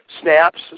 snaps